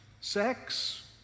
sex